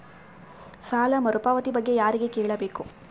ಸಾಲ ಮರುಪಾವತಿ ಬಗ್ಗೆ ಯಾರಿಗೆ ಕೇಳಬೇಕು?